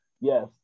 Yes